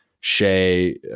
Shea